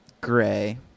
gray